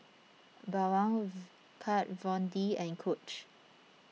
Bawang Kat Von D and Coach